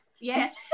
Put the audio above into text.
Yes